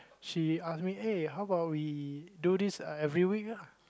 she ask me eh how about we do this every week ah